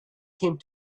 came